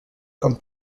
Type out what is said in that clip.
comme